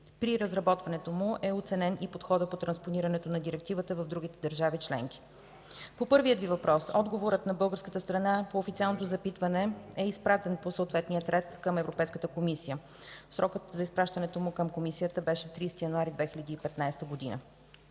При разработването му е оценен и подходът по транспонирането на Директивата в другите държави членки. По първия Ви въпрос, отговорът на българската страна на официалното запитване е изпратен по съответния ред към Европейската комисия. Срокът за изпращането му към Комисията беше 30 януари 2015 г.